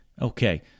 Okay